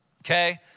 Okay